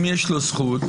אם יש לו זכות,